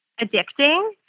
addicting